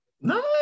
no